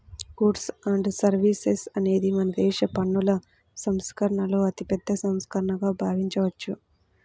goods and services అనేది మనదేశ పన్నుల సంస్కరణలలో అతిపెద్ద సంస్కరణగా భావించవచ్చు